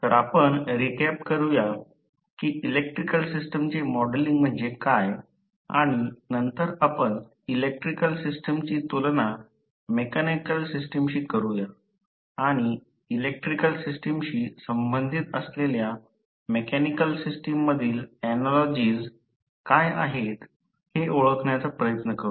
तर आपण रिकॅप करूया की इलेक्ट्रिकल सिस्टमचे मॉडेलिंग म्हणजे काय आणि नंतर आपण इलेक्ट्रिकल सिस्टमची तुलना मेकॅनिकल सिस्टमशी करूया आणि इलेक्ट्रिकल सिस्टमशी संबंधित असलेल्या मेकॅनिकल सिस्टम मधील ऍनालॉजीज काय आहेत हे ओळखण्याचा प्रयत्न करूया